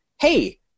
hey